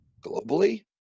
globally